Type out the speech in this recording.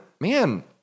man